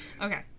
Okay